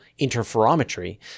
interferometry